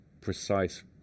precise